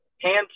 hands